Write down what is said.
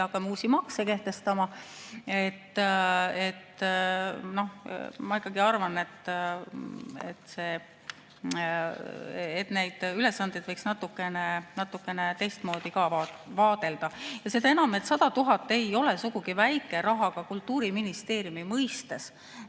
uusi makse kehtestama. Ma ikkagi arvan, et neid ülesandeid võiks natukene teistmoodi ka vaadelda. Seda enam, et 100 000 ei ole sugugi väike raha ka Kultuuriministeeriumi mõistes.